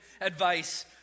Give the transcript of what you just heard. advice